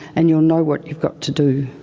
and you'll know what you've got to do.